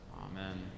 Amen